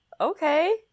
Okay